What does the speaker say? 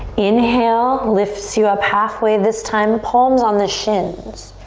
inhale lifts you up halfway. this time palms on the shins.